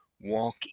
Walk